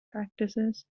practices